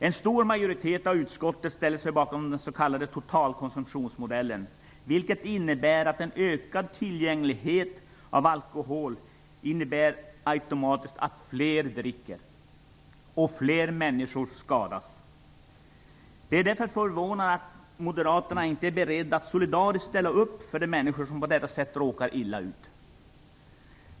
En stor majoritet av utskottet ställer sig bakom den s.k. totalkonsumtionsmodellen, vilket innebär att en ökad tillgänglighet till alkohol automatiskt innebär att fler dricker och fler människor skadas. Det är därför förvånande att Moderaterna inte är beredda att solidariskt ställa upp för de människor som på detta sätt råkar illa ut.